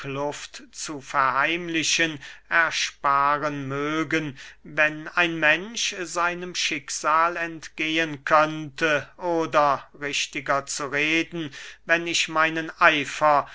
felsenkluft zu verheimlichen ersparen mögen wenn ein mensch seinem schicksal entgehen könnte oder richtiger zu reden wenn ich meinen eifer